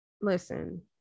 listen